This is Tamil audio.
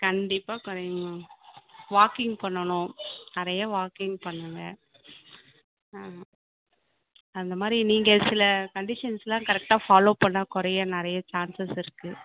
கண்டிப்பாக குறைங்க மேம் வாக்கிங் பண்ணணும் நிறைய வாக்கிங் பண்ணுங்க அந்த மாதிரி நீங்கள் சில கன்டிஷன்ஸ்லாம் கரெக்ட்டாக ஃபாலோ பண்ணா குறைய நிறைய சான்சஸ் இருக்கு